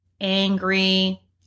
angry